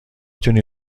تونی